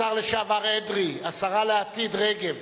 השר לשעבר אדרי, השרה לעתיד רגב,